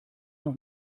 noch